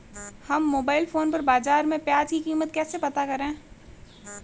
हम mobile phone पर बाज़ार में प्याज़ की कीमत कैसे पता करें?